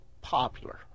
popular